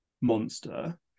monster